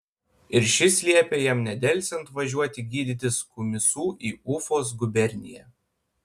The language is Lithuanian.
ir šis liepė jam nedelsiant važiuoti gydytis kumysu į ufos guberniją